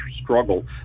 struggle